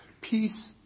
Peace